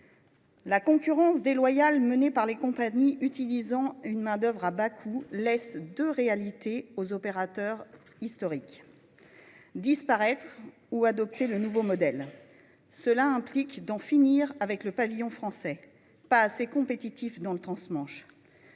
La concurrence déloyale exercée par les compagnies utilisant une main-d'oeuvre à bas coût ne laisse en réalité que l'alternative suivante aux opérateurs historiques : disparaître ou adopter le nouveau modèle. Cela implique d'en finir avec le pavillon français, pas assez compétitif, dans le transmanche.